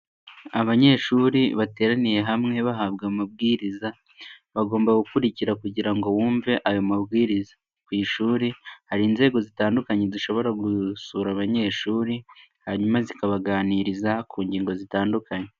Abanyeshuri bateraniye hamwe bahabwa amabwiriza bagomba gukurikira kugira ngo bumve ayo mabwiriza, ku ishuri hari inzego zitandukanye zishobora gusura abanyeshuri hanyuma zikabaganiriza ku ngingo zitandukanye.